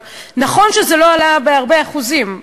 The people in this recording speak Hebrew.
נכון שזה לא עלה בהרבה אחוזים,